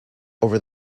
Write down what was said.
over